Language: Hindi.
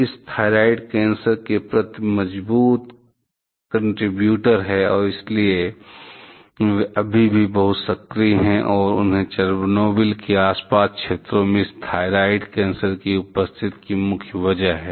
इस थायराइड कैंसर के प्रति मजबूत कंट्रीब्यूटर और इसलिए वे अभी भी बहुत सक्रिय हैं और उस चेर्नोबिल और आसपास के क्षेत्रों में इस थायरॉयड कैंसर के उपस्थिति की मुख्य वजह हैं